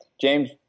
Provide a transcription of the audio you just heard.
James